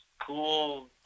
cool